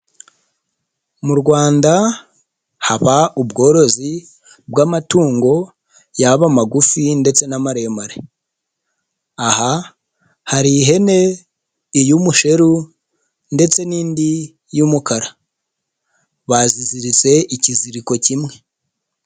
Mu Rwanda haba ubworozi bw'amatungo yaba magufi ndetse n'amaremare, aha hari ihene iy'umusheru ndetse n'indi y'umukara, baziziritse ikiziriko kimwe.